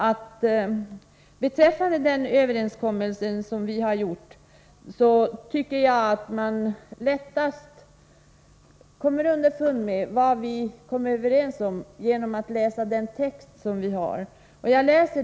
Innebörden av den överenskommelse som vi har träffat kommer man lättast underfund med genom att läsa texten i arbetsmarknadsutskottets betänkande.